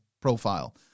profile